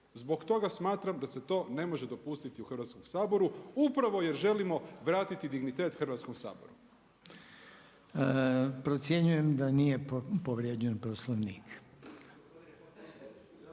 Zbog toga smatram da se to ne može dopustiti u Hrvatskom saboru upravo jer želimo vratiti dignitet Hrvatskom saboru. **Reiner, Željko (HDZ)** Procjenjujem da nije povrijeđen Poslovnik.